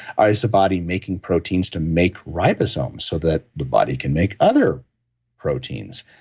ah is the body making proteins to make ribosomes, so that the body can make other proteins?